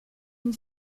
une